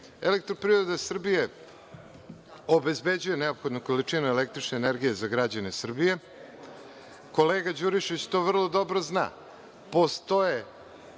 „Elektroprivreda Srbije“, EPS obezbeđuje neophodnu količinu električne energije za građane Srbije. Kolega Đurišić to vrlo dobro zna. Postoji